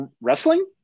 wrestling